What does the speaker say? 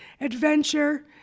adventure